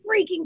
freaking